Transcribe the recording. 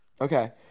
okay